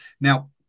now